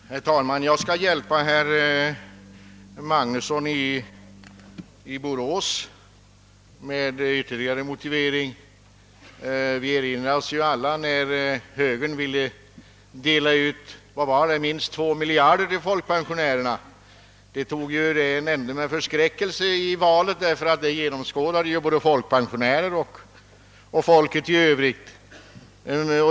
Herr talman! Jag skall hjälpa herr Magnusson i Borås med en ytterligare motivering. Vi erinrar oss väl alla när högern ville dela ut minst 2 miljarder kronor till folkpensionärerna. Det tog en ände med förskräckelse, eftersom hållbarheten i detta löfte genomskådades både av folkpensionärerna och folket i övrigt.